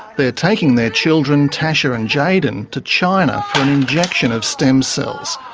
they're taking their children, tasha and jayden, to china for an injection of stem cells,